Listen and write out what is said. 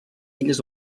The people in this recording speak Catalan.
illes